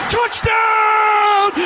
Touchdown